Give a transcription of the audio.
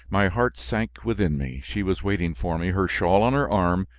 my heart sank within me. she was waiting for me, her shawl on her arm,